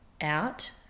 out